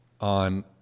on